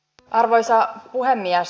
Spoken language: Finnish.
arvoisa puhemies